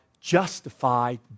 justified